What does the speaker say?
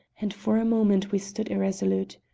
and for a moment we stood irresolute.